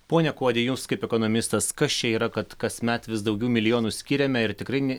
pone kuodi jūs kaip ekonomistas kas čia yra kad kasmet vis daugiau milijonų skiriame ir tikrai ne